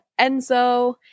Enzo